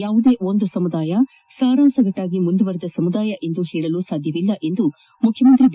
ಯಾವುದೇ ಒಂದು ಸಮುದಾಯ ಸಾರಾಸಗಟಾಗಿ ಮುಂದುವರಿದ ಸಮುದಾಯವೆಂದು ಹೇಳಲು ಸಾಧ್ಯವಿಲ್ಲ ಎಂದು ಮುಖ್ಯಮಂತ್ರಿ ಬಿ